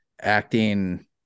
acting